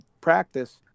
practice